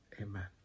amen